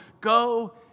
go